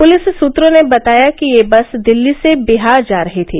police सूत्रों ने बताया कि यह बस दिल्ली से बिहार जा रही थी